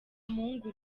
mungu